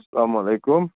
سلام علیکُم